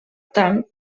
tant